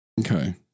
Okay